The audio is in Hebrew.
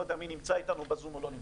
יודעים תמיד מי נמצא אתנו בזום ומי לא.